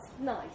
nice